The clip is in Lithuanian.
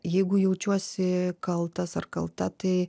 jeigu jaučiuosi kaltas ar kalta tai